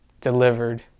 delivered